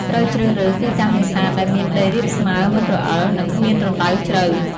ត្រូវជ្រើសរើស ទីតាំងនេសាទ ដែលមានដីរាបស្មើ មិនរអិល និងគ្មានរណ្តៅជ្រៅ។